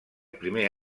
primer